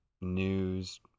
news